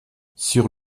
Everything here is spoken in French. sur